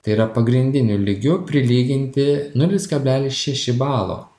tai yra pagrindiniu lygiu prilyginti nulis kablelis šeši balo